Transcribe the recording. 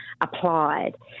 applied